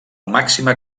màxima